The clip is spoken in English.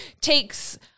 takes